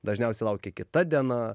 dažniausiai laukia kita diena